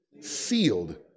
Sealed